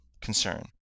concern